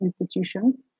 institutions